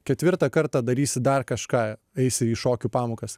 ketvirtą kartą darysi dar kažką eisi į šokių pamokas